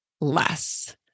less